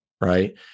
right